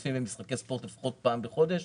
צופים במשחקי ספורט לפחות פעם בחודש,